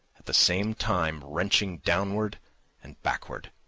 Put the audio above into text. at the same time wrenching downward and backward.